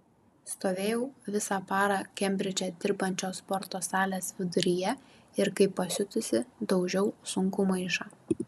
stovėjau visą parą kembridže dirbančios sporto salės viduryje ir kaip pasiutusi daužiau sunkų maišą